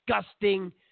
disgusting